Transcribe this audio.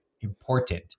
important